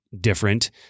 different